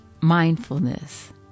Mindfulness